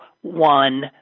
one